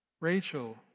Rachel